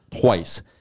Twice